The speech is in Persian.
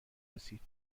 رسید